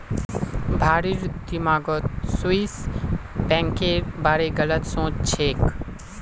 भारिर दिमागत स्विस बैंकेर बारे गलत सोच छेक